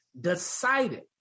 decided